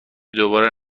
دوباره